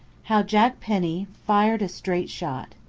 how jack penny fired a straight shot.